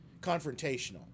confrontational